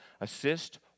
assist